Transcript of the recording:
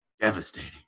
devastating